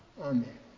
Amen